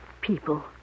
People